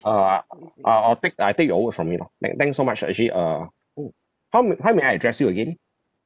uh I'll uh uh I'll take I take your word from it loh thank thanks so much ah actually uh hmm how may how may I address you again